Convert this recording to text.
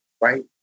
Right